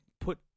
put